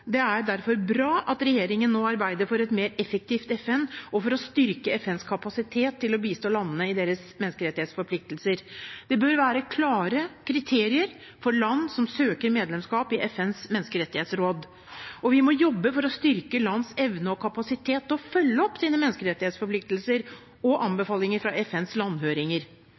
Det er derfor bra at regjeringen nå arbeider for et mer effektivt FN og for å styrke FNs kapasitet til å bistå landene i deres menneskerettighetsforpliktelser. Det bør være klare kriterier for land som søker medlemskap i FNs menneskerettighetsråd. Vi må jobbe for å styrke lands evne og kapasitet til å følge opp sine menneskerettighetsforpliktelser og